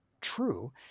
true